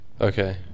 okay